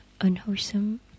unwholesome